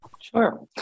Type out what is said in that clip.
Sure